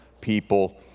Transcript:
people